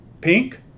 pink